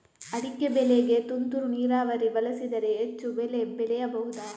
ಅಡಿಕೆ ಬೆಳೆಗೆ ತುಂತುರು ನೀರಾವರಿ ಬಳಸಿದರೆ ಹೆಚ್ಚು ಬೆಳೆ ಬೆಳೆಯಬಹುದಾ?